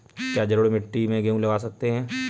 क्या जलोढ़ मिट्टी में गेहूँ लगा सकते हैं?